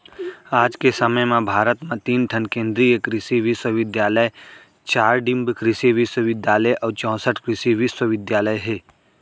आज के समे म भारत म तीन ठन केन्द्रीय कृसि बिस्वबिद्यालय, चार डीम्ड कृसि बिस्वबिद्यालय अउ चैंसठ कृसि विस्वविद्यालय ह